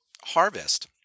harvest